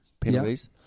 penalties